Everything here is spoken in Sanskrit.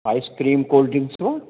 ऐस्क्रीम् कूल् ड्रिङ्क्स् वा